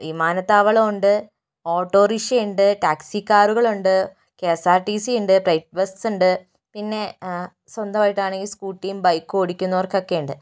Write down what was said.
വിമാനത്താവളം ഉണ്ട് ഓട്ടോ റിക്ഷയുണ്ട് ടാക്സി കാറുകൾ ഉണ്ട് K S R T C ഉണ്ട് പ്രൈവറ്റ് ബസ്സ് ഉണ്ട് പിന്നെ സ്വന്തമായിട്ടാണെങ്കിൽ സ്കൂട്ടിയും ബൈക്കോടിക്കുന്നവർക്കൊക്കെയുണ്ട്